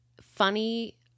funny